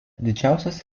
didžiausias